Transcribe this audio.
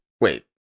Wait